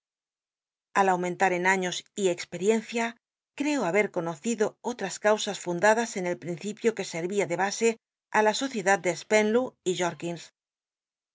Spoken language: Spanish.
al aumenta r en aiíos y experiencia creo haber conocido olla causas fundadas en el principio que servía de base i la sociedad de spenlow y